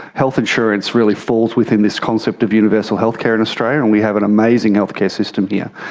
health insurance really falls within this concept of universal health care in australia and we have an amazing healthcare system here.